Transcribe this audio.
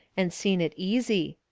and seen it easy.